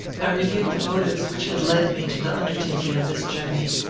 i reviewed the motives which had led me to the undertaking of this journey.